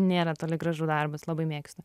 nėra toli gražu darbas labai mėgstu